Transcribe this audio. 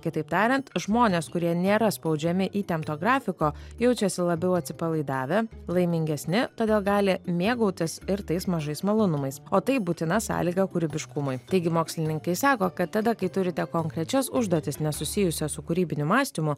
kitaip tariant žmonės kurie nėra spaudžiami įtempto grafiko jaučiasi labiau atsipalaidavę laimingesni todėl gali mėgautis ir tais mažais malonumais o tai būtina sąlyga kūrybiškumui taigi mokslininkai sako kad tada kai turite konkrečias užduotis nesusijusias su kūrybiniu mąstymu